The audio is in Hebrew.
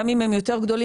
גם אם הם יותר גדולים,